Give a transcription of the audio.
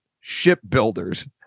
shipbuilders